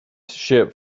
ship